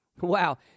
Wow